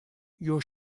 you